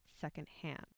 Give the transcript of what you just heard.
secondhand